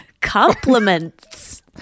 Compliments